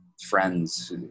friends